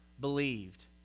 believed